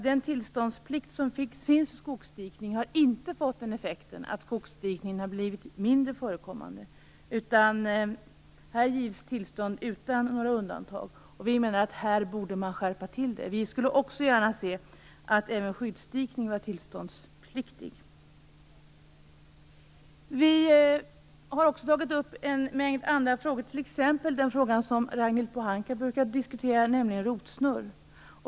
Den tillståndsplikt som finns vid skogsdikning har inte fått den effekten att skogsdikningen har blivit mindre förekommande. Här ges tillstånd utan några undantag. Här borde man skärpa till det. Vi skulle också gärna se att även skyddsdikning var tillståndspliktig. Vi har också tagit upp en mängd andra frågor, t.ex. den fråga som Ragnhild Pohanka brukar diskutera, nämligen rotsnurr.